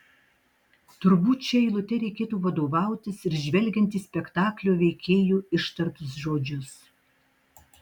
turbūt šia eilute reikėtų vadovautis ir žvelgiant į spektaklio veikėjų ištartus žodžius